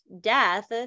death